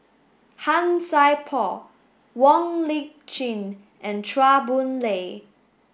Han Sai Por Wong Lip Chin and Chua Boon Lay